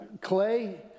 Clay